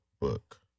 book